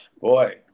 boy